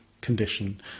condition